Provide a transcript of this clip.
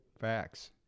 facts